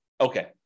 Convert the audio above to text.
Okay